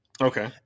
okay